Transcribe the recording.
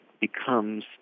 becomes